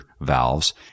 valves